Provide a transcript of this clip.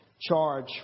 charge